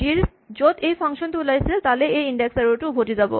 G ৰ য'ত H টো ওলাইছিল তালে এই ইনডেক্স এৰ'ৰ টো উভতি যাব